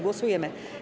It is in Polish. Głosujemy.